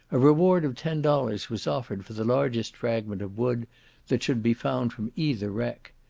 a reward of ten dollars was offered for the largest fragment of wood that should be found from either wreck,